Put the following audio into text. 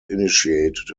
initiated